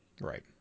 right